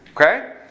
Okay